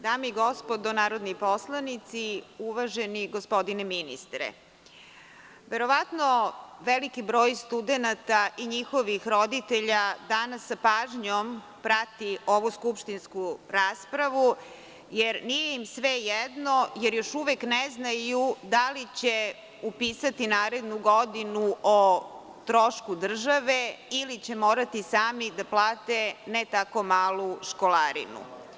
Dame i gospodo narodni poslanici, uvaženi gospodine ministre, verovatno veliki broj studenata i njihovih roditelja danas sa pažnjom prati ovu skupštinsku raspravu, jer nije im svejedno, jer još uvek ne znaju da li će upisati narednu godinu o trošku države, ili će morati sami da plate ne tako malu školarinu.